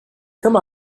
come